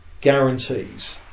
guarantees